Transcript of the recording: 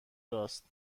راست